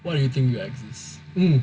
why do you think you exist